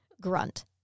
grunt